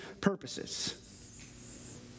purposes